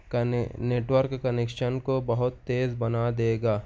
کنے network connection کو بہت تیز بنا دے گا